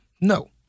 No